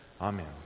Amen